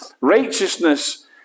Righteousness